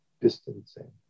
distancing